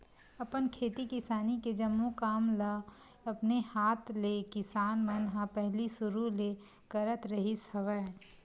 अपन खेती किसानी के जम्मो काम ल अपने हात ले किसान मन ह पहिली सुरु ले करत रिहिस हवय